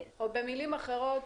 או במילים אחרות,